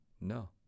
No